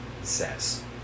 says